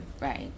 Right